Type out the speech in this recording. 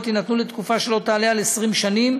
יינתנו לתקופה שלא תעלה על 20 שנים,